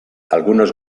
algunos